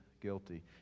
guilty